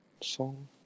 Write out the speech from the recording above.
song